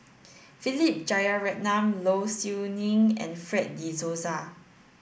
Philip Jeyaretnam Low Siew Nghee and Fred de Souza